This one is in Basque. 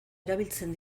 erabiltzen